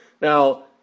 Now